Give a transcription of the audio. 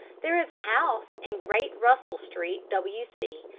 there is a house in great russell street, w c,